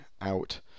out